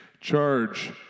charge